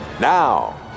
Now